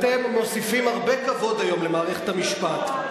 אתם מוסיפים הרבה כבוד היום למערכת המשפט.